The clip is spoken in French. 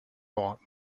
aura